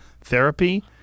therapy